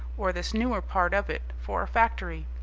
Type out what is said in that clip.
or this newer part of it, for a factory.